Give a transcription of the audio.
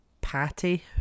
Patty